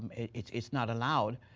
it's it's not allowed.